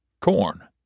Corn